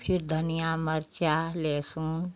फिर धनिया मिर्च लहसुन